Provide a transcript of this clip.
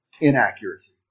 inaccuracy